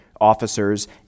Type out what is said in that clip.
officers